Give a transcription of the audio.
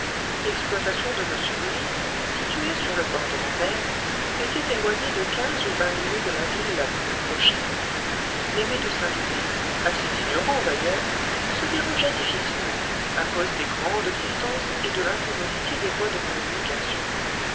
l'exploitation de m willis située sur le bord de la mer était éloignée de quinze ou vingt lieues de la ville la plus prochaine les médecins du pays assez ignorants d'ailleurs se dérangeaient difficilement à cause des grandes distances et de l'incommodité des voies de communication